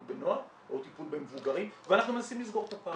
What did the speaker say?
בנוער או טיפול במבוגרים ואנחנו מנסים לסגור את הפער הזה.